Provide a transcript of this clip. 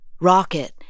rocket